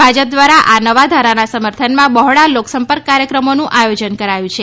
ભાજપ દ્વારા આ નવા ધારાના સમર્થનમાં બહોળા લોકસંપર્ક કાર્યક્રમોનું આયોજન કરાયું છે